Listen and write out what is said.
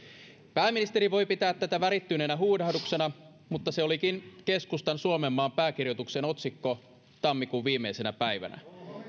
pääministeri voi pitää tätä värittyneenä huudahduksena mutta se olikin keskustan suomenmaan pääkirjoituksen otsikko tammikuun viimeisenä päivänä